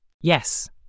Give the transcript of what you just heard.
Yes